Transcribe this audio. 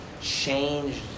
changed